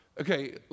Okay